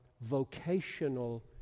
vocational